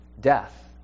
death